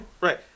Right